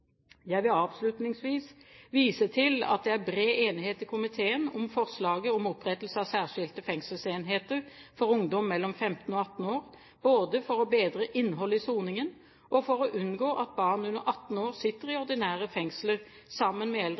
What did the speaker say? Jeg vil avslutningsvis vise til at det er bred enighet i komiteen om forslaget om opprettelse av særskilte fengselsenheter for ungdom mellom 15 og 18 år, både for å bedre innholdet i soningen og for å unngå at barn under 18 år sitter i ordinære fengsler sammen med eldre